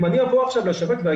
אם אני אגיד עכשיו לשופט: